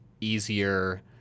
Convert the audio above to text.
easier